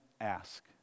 ask